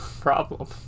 problem